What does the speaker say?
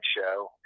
Show